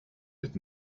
mit